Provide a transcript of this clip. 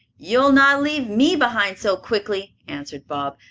you'll not leave me behind so quickly, answered bob.